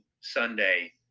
Sunday